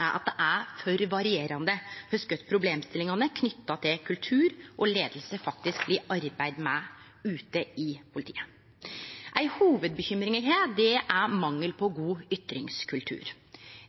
at det er for varierande kor godt problemstillingane knytte til kultur og leiing faktisk blir arbeidde med ute i politiet. Ei hovudbekymring eg har, er mangelen på god ytringskultur,